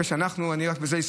ולכן, אני אסיים רק בזה,